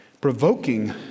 provoking